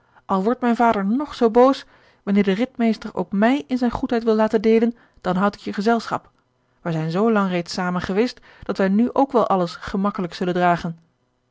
al wordt mijn vader nog zoo boos wanneer de ridmeester ook mij in zijne goedheid wil laten deelen dan houd ik je gezelschap wij zijn zoo lang reeds zamen geweest dat wij nu ook wel alles gemakkelijk zullen dragen